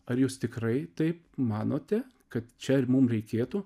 ar jūs tikrai taip manote kad čia ir mum reikėtų